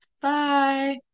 Bye